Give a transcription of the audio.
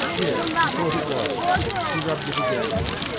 yes, he thought it was he rubbed it again.